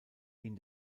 ihn